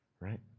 right